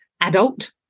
adult